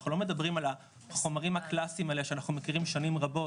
אנחנו לא מדברים על החומרים הקלאסיים האלה שאנחנו מכירים שנים רבות,